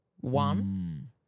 one